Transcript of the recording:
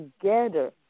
together